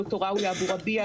ד"ר ראויה אבורביעה,